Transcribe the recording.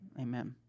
Amen